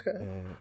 okay